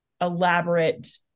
elaborate